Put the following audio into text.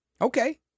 Okay